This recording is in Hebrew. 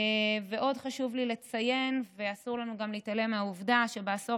עוד חשוב לי לציין שאסור לנו גם להתעלם מהעובדה שבעשור